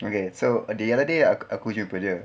okay so the other day aku jumpa dia